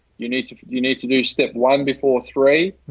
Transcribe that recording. you need to, you need to do step one before three,